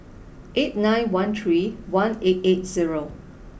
eight nine one three one eight eight zero